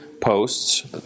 posts